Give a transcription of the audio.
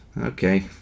Okay